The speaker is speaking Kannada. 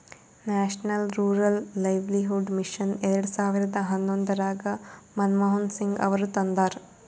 ನ್ಯಾಷನಲ್ ರೂರಲ್ ಲೈವ್ಲಿಹುಡ್ ಮಿಷನ್ ಎರೆಡ ಸಾವಿರದ ಹನ್ನೊಂದರಾಗ ಮನಮೋಹನ್ ಸಿಂಗ್ ಅವರು ತಂದಾರ